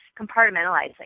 compartmentalizing